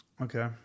Okay